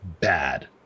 bad